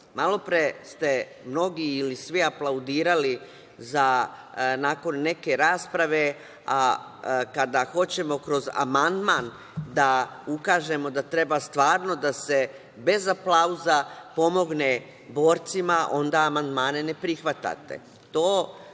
tema. Malopre ste mnogi, ili svi, aplaudirali nakon neke rasprave, a kada hoćemo kroz amandman da ukažemo da treba stvarno da se, bez aplauza, pomogne borcima, onda amandmane ne prihvatate.